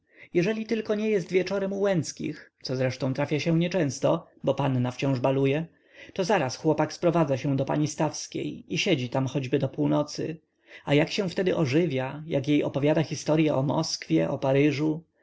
jeżeli tylko nie jest wieczorem u łęckich co zresztą trafia się nieczęsto bo panna wciąż baluje to zaraz chłopak sprowadza się do pani stawskiej i siedzi tam choćby do północy a jak się wtedy ożywia jak jej opowiada historye o moskwie o paryżu